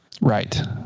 Right